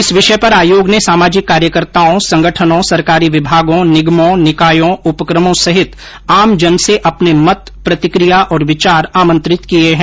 इस विषय पर आयोग ने सामाजिक कार्यकर्ताओं संगठनों सरकारी विभागों निगमों निकायों उपक्रमों सहित आमजन से अपने मत प्रतिक्रिया और विचार आमंत्रित किए हैं